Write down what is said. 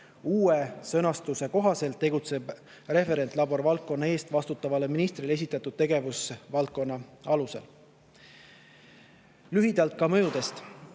Uue sõnastuse kohaselt tegutseb referentlabor valdkonna eest vastutavale ministrile esitatud tegevuskava alusel. Lühidalt ka mõjudest.